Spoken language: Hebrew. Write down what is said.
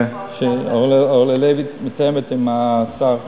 אורלי לוי מתואמת עם השר.